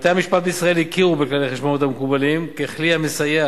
בתי-המשפט בישראל הכירו בכללי החשבונאות המקובלים ככלי המסייע